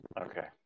Okay